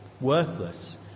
worthless